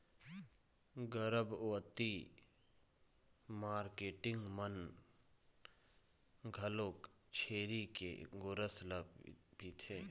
गरभबती मारकेटिंग मन घलोक छेरी के गोरस ल पिथें